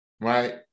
right